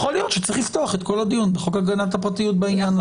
יכול להיות שצריך לפתוח את כל הדיון בחוק הגנת הפרטיות בעניין הזה.